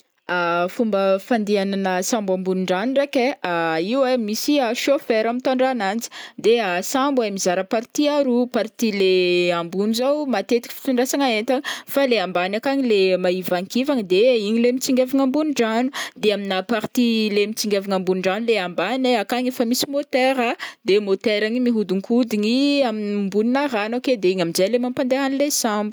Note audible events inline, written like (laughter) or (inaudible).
(hesitation) Fomba fandehanana sambo ambony rano ndraiky ai (hesitation) io ai misy chauffeur mitôndra ananjy de (hesitation) sambo ai mizara partie aroa partie le ambony zao matetiky fitondrasagna entana fa le ambany akany le maivankivagna de igny le mitsingevana ambony rano de aminà partie le mitsingevana ambony rano le ambany ai akany efa misy motera de motera igny mihodinkodigny a- ambonina rano ake de igny am'jay le mampandeha an'le sambo.